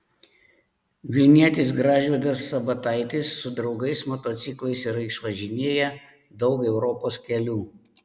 vilnietis gražvydas sabataitis su draugais motociklais yra išvažinėję daug europos kelių